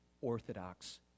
orthodox